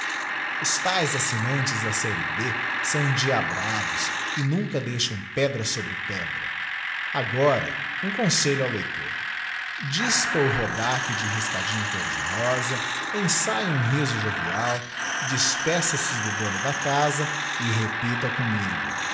os taes assignantes da serie b são endiabrados e nunca deixam pedra sobre pedra agora um conselho ao leitor dispa o rodaque de riscadinho côr de rosa ensaie um riso jovial despeça-se do dono da casa e repita commigo